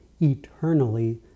eternally